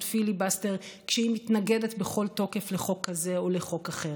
פיליבסטר כשהיא מתנגדת בכל תוקף לחוק כזה או לחוק אחר.